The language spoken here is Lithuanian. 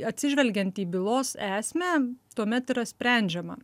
atsižvelgiant į bylos esmę tuomet yra sprendžiama